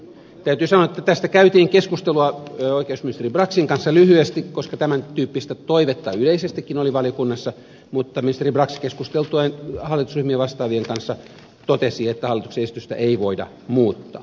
täytyy sanoa että tästä käytiin keskustelua oikeusministeri braxin kanssa lyhyesti koska tämän tyyppistä toivetta yleisestikin oli valiokunnassa mutta ministeri brax keskusteltuaan hallitusryhmien vastaavien kanssa totesi että hallituksen esitystä ei voida muuttaa